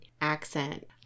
accent